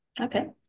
Okay